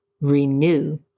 renew